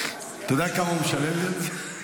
יודע כמה הוא משלם לי על זה?